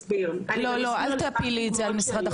הם לא נמצאים כאן והם לא חלק מהדיון הזה,